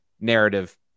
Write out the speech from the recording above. narrative